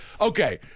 Okay